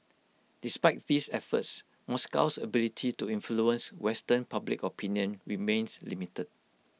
despite these efforts Moscow's ability to influence western public opinion remains limited